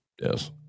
yes